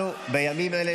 אנו בימים אלה